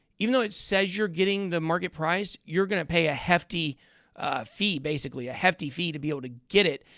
even though it says you're getting the market price, you're going to pay a hefty fee basically, a hefty fee to be able to get it,